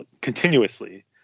continuously